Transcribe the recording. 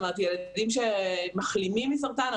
זאת אומרת ילדים שמחלימים מסרטן,